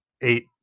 eight